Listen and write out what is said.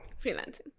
Freelancing